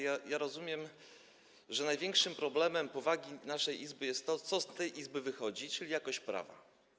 Ja rozumiem, że największym problemem, jeśli chodzi o powagę naszej Izby, jest to, co z tej Izby wychodzi, czyli jakość prawa.